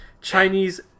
Chinese